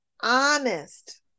honest